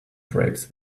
drapes